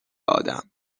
آدم